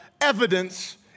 evidence